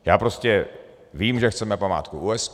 Já prostě vím, že chceme památku UNESCO.